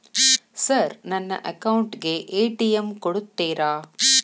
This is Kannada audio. ಸರ್ ನನ್ನ ಅಕೌಂಟ್ ಗೆ ಎ.ಟಿ.ಎಂ ಕೊಡುತ್ತೇರಾ?